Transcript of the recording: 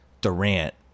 Durant